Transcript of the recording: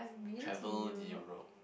travel to Europe